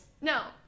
No